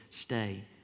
Stay